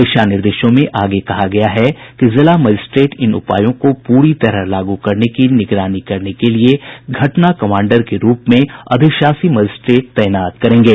दिशा निर्देशों में आगे कहा गया है कि जिला मजिस्ट्रेट इन उपायों को पूरी तरह लागू करने की निगरानी करने के लिए घटना कमाण्डर के रूप में अधिशासी मजिस्ट्रेट तैनात करेंगे